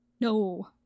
No